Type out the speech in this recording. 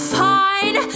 fine